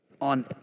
on